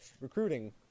recruiting